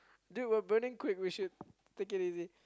dude we're burning quick we should take it easy